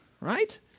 Right